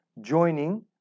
joining